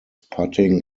putting